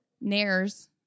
Nares